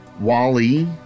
Wally